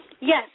Yes